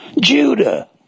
Judah